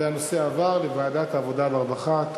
והנושא עבר לוועדת העבודה והרווחה.